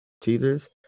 teasers